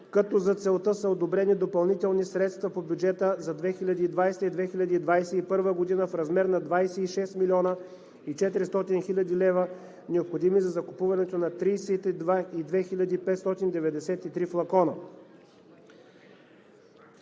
като за целта са одобрени допълнителни средства по бюджета за 2020-а и 2021 г. в размер на 26 млн. 400 хил. лв., необходими за закупуването на 32 593 флакона.